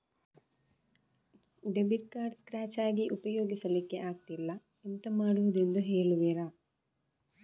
Debit card scratch ಆಗಿ ಉಪಯೋಗಿಸಲ್ಲಿಕ್ಕೆ ಆಗ್ತಿಲ್ಲ, ಎಂತ ಮಾಡುದೆಂದು ಹೇಳುವಿರಾ?